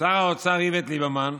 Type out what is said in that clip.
שר האוצר איווט ליברמן,